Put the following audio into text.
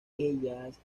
ellas